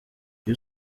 iyo